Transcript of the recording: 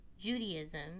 Judaism